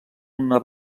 una